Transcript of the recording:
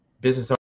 business